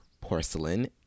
Porcelain